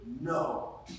no